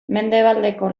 mendebaldeko